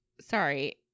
Sorry